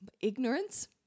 ignorance